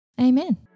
Amen